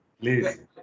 Please